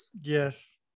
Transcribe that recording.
yes